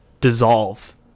dissolve